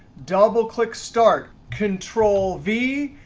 double click start, control v.